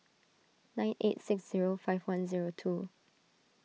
nine eight six zero five one zero two